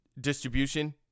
distribution